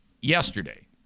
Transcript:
yesterday